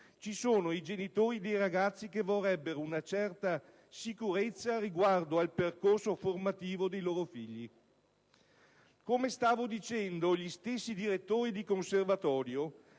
ci sono i genitori dei ragazzi che vorrebbero una certa sicurezza riguardo al percorso formativo dei loro figli. Come stavo dicendo, gli stessi direttori di conservatorio,